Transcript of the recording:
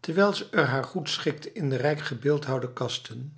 terwijl ze er haar goed schikte in de rijk gebeeldhouwde kasten